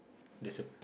there's a